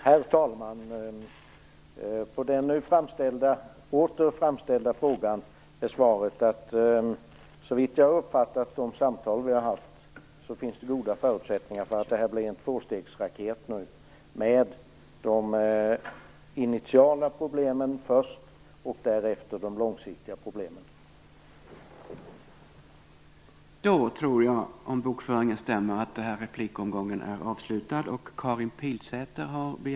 Herr talman! På den åter framställda frågan är svaret: Såvitt jag uppfattat de samtal som vi har haft finns det goda förutsättningar för att detta blir en tvåstegsraket med de initiala problemen först och de långsiktiga problemen därefter.